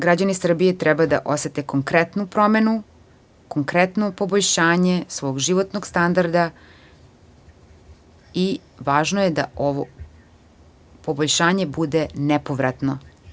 Građani Srbije treba da osete konkretnu promenu, konkretno poboljšanje svog životnog standarda i važno je da ovo poboljšanje bude nepovratno.